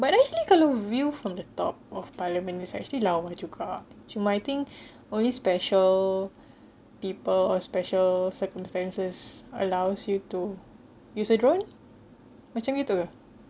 but actually kalau view from the top of parliament is actually lawa juga cuma I think only special people or special circumstances allows you to use the drone macam gitu ke